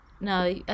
No